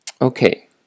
Okay